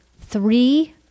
three